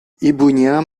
ibunya